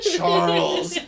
Charles